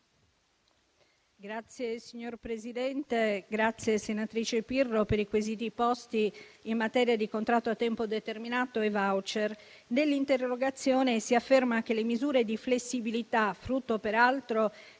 sociali*. Signor Presidente, ringrazio la senatrice Pirro per i quesiti posti in materia di contratto a tempo determinato e *voucher*. Nell'interrogazione si afferma che le misure di flessibilità, frutto peraltro